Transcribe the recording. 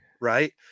right